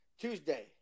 Tuesday